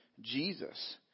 Jesus